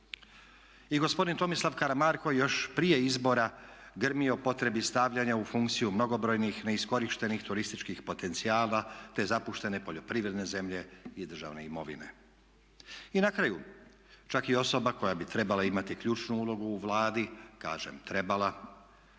I gospodin Tomislav Karamarko još prije izbora grmi o potrebi stavljanja u funkciju mnogobrojnih neiskorištenih turističkih potencijala te zapuštene poljoprivredne zemlje i državne imovine. I na kraju čak i osoba koja bi trebala imati ključnu ulogu u Vladi, kažem trebala